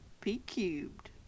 P-Cubed